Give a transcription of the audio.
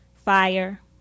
Fire